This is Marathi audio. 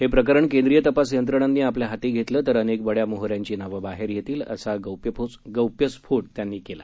हे प्रकरण केंद्रीय तपास यंत्रणांनी आपल्या हाती घेतलं तर अनेक बड्या मोहऱ्यांची नावं बाहेर येतील असा गौप्यस्फोट त्यांनी केला